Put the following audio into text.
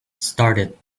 started